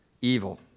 evil